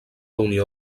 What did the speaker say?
unió